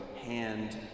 hand